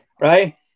right